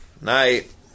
Night